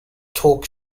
talk